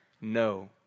no